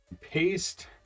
paste